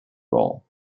role